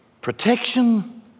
protection